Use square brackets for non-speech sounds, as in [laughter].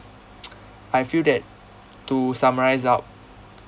[noise] I feel that to summarize out